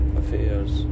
affairs